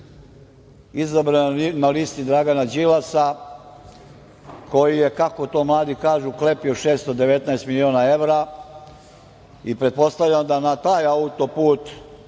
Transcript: izabran na listi Dragana Đilasa, koji je, kako to mladi kažu, klepio 619 miliona evra i pretpostavljam da na taj autoput